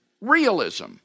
realism